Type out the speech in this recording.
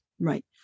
Right